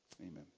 amen